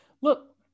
look